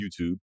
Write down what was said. YouTube